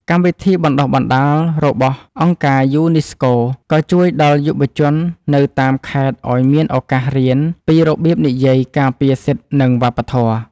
កម្មវិធីបណ្ដុះបណ្ដាលរបស់អង្គការយូនីស្កូ ក៏ជួយដល់យុវជននៅតាមខេត្តឱ្យមានឱកាសរៀនពីរបៀបនិយាយការពារសិទ្ធិ និងវប្បធម៌។